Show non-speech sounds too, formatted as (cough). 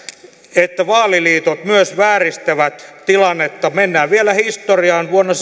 että vaaliliitot myös vääristävät tilannetta mennään vielä historiaan vuonna (unintelligible)